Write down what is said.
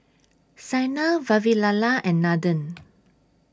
Saina Vavilala and Nathan